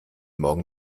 morgen